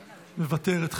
מוותרת.